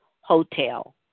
Hotel